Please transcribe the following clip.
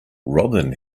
robin